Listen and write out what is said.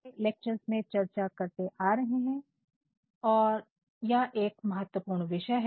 हम पूर्व के लेक्चरर्स में चर्चा करते आ रहे हैं और यह एक बहुत महत्वपूर्ण विषय है